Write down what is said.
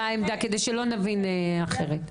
מה העמדה כדי שלא נבין אחרת.